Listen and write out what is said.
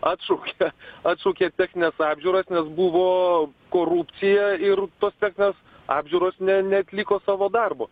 atšaukė atšaukė technines apžiūras nes buvo korupcija ir tos techninės apžiūros ne neatliko savo darbo